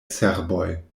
serboj